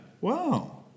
Wow